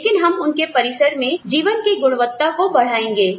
लेकिन हम उनके परिसर में जीवन की गुणवत्ता को बढ़ाएंगे